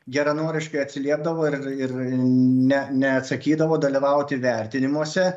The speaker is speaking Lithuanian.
geranoriškai atsiliepdavo ir ir ne neatsakydavo dalyvauti vertinimuose